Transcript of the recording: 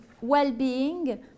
well-being